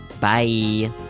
Bye